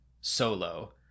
Solo